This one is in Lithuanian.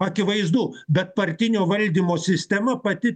akivaizdu bet partinio valdymo sistema pati